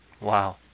Wow